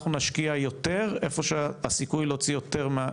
אנחנו נשקיע יותר איפה שהסיכוי להוציא יותר,